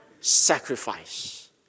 Sacrifice